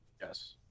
Yes